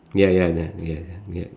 ya ya ya ya ya